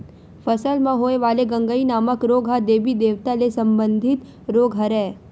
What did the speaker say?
फसल म होय वाले गंगई नामक रोग ह देबी देवता ले संबंधित रोग हरय